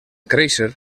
créixer